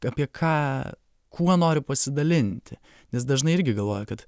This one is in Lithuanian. apie ką kuo noriu pasidalinti nes dažnai irgi galvoja kad